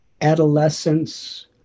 adolescence